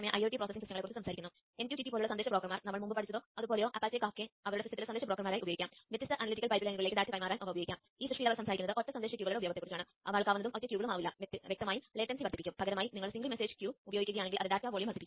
ഇത് ഒരു ട്രാൻസ്മിറ്റർ ഒരു ZigBee മൊഡ്യൂളാണ്ലൂടെ ബന്ധിപ്പിച്ചിരിക്കുന്നു